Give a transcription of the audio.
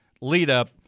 lead-up